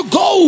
go